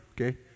Okay